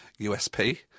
USP